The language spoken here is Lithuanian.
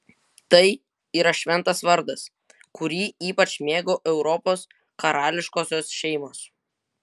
tai yra šventas vardas kurį ypač mėgo europos karališkosios šeimos